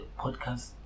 podcast